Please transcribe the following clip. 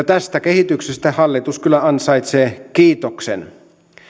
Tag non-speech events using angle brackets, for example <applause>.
<unintelligible> tästä kehityksestä hallitus kyllä ansaitsee kiitoksen